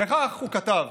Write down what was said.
וכך הוא כתב: